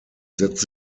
setzt